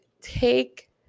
take